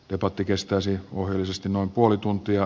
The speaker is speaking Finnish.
debatti kestäisi ohjeellisesti noin puoli tuntia